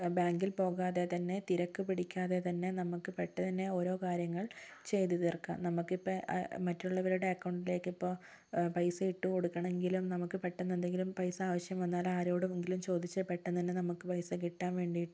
ബാങ്കിൽ പോകാതെ തന്നെ തിരക്ക് പിടിക്കാതെ തന്നെ നമുക്ക് പെട്ടെന്നു തന്നെ ഓരോ കാര്യങ്ങൾ ചെയ്ത് തീർക്കാം നമുക്ക് ഇപ്പം മറ്റുള്ളവരുടെ അക്കൗണ്ടിലേക്ക് ഇപ്പം പൈസ ഇട്ട് കൊടുക്കണം എങ്കിലും നമുക്ക് പെട്ടെന്ന് എന്തെങ്കിലും പൈസ ആവശ്യം വന്നാൽ ആരോടെങ്കിലും ചോദിച്ച് പെട്ടെന്നു തന്നെ നമുക്ക് പൈസ കിട്ടാൻ വേണ്ടിയിട്ടും